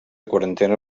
quarantena